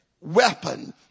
weapon